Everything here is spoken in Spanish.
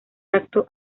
acto